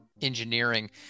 Engineering